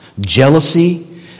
jealousy